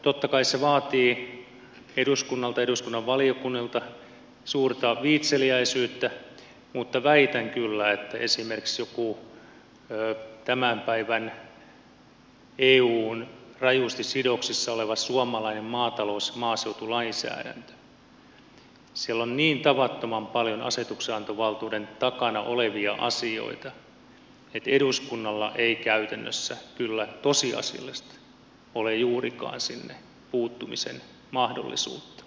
totta kai se vaatii eduskunnalta eduskunnan valiokunnilta suurta viitseliäisyyttä mutta väitän kyllä että esimerkiksi jossain tämän päivän euhun rajusti sidoksissa olevassa suomalaisessa maatalous ja maaseutulainsäädännössä on niin tavattoman paljon asetuksenantovaltuuden takana olevia asioita että eduskunnalla ei käytännössä kyllä tosiasiallisesti ole juurikaan siihen puuttumisen mahdollisuutta